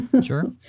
Sure